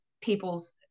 people's